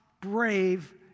brave